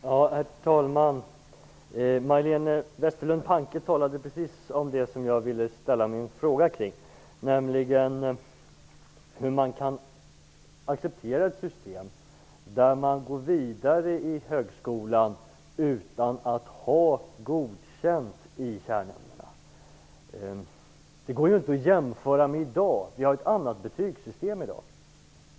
Herr talman! Majléne Westerlund Panke talade om precis det som jag ville ställa min fråga kring, nämligen hur man kan acceptera ett system där elever går vidare i högskolan utan att ha godkänt i kärnämnena. Det går ju inte att jämföra med hur det är i dag, när vi har ett annat betygssystem.